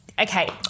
okay